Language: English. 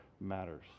matters